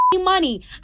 Money